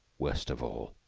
worst of all,